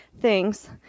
Things